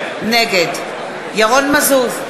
נגד ירון מזוז,